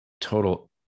total